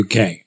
UK